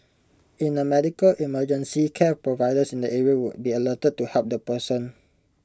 in A medical emergency care providers in the area would be alerted to help the person